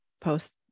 post